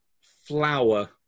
flower